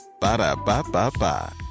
Ba-da-ba-ba-ba